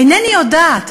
אינני יודעת,